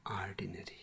ordinary